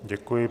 Děkuji.